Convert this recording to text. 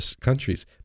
countries